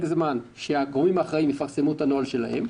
זמן שהגורמים האחראים יפרסמו את הנוהל שלהם,